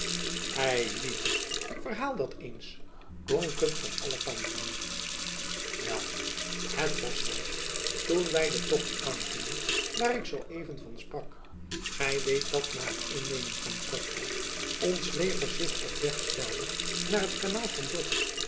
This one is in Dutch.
eilieve verhaal dat eens klonk het van alle kanten wel het was juist toen wy den tocht aanvingen waar ik zoo even van sprak gy weet dat na het innemen van kortrijk ons leger zich op weg stelde naar het kanaal van brugge